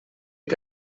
que